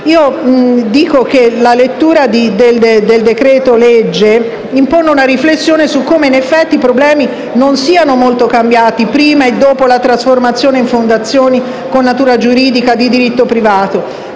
fondazioni. La lettura del disegno di legge impone una riflessione su come in effetti i problemi non siano molto cambiati prima e dopo la trasformazione in fondazioni con natura giuridica di diritto privato,